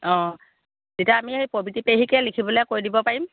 অঁ তেতিয়া আমি সেই পবিত্ৰী পেহীকে লিখিবলৈ কৈ দিব পাৰিম